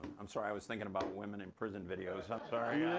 i'm sorry, i was thinking about women in prison videos, i'm sorry.